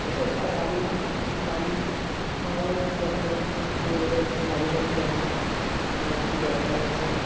এটাই আর বাড়ির বাড়ির মারাও একটু বকে যে ভারি ভারি প্যান্ট নেওয়ার কি দরকার আছে